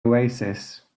oasis